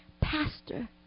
pastor